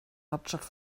hauptstadt